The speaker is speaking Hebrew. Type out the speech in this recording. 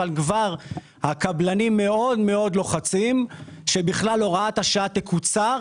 אבל הקבלנים כבר מאוד לוחצים שהוראת השעה בכלל תקוצר,